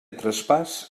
traspàs